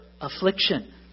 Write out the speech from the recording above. affliction